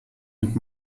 mit